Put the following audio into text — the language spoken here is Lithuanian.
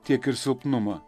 tiek ir silpnumą